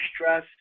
stress